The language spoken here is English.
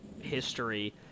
history